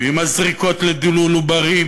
ועם הזריקות לדילול עוברים